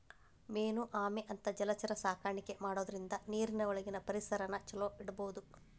main ಆಮೆ ಇಂತಾ ಜಲಚರ ಸಾಕಾಣಿಕೆ ಮಾಡೋದ್ರಿಂದ ನೇರಿನ ಒಳಗಿನ ಪರಿಸರನ ಚೊಲೋ ಇಡಬೋದು